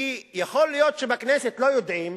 כי יכול להיות שבכנסת לא יודעים,